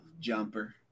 Jumper